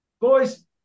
boys